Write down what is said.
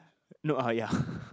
no uh ya